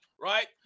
right